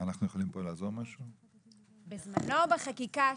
בזמנו בחקיקה,